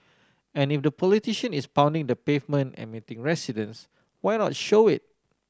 and if the politician is pounding the pavement and meeting residents why not show it